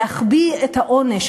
להחביא את העונש,